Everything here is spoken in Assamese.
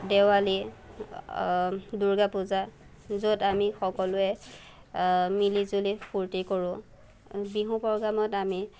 দেৱালী দূৰ্গাপূজা য'ত আমি সকলোৱে মিলি জুলি ফুৰ্ত্তি কৰোঁ বিহু প্ৰ'গ্ৰেমত আমি